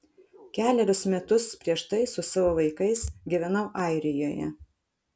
kelerius metus prieš tai su savo vaikais gyvenau airijoje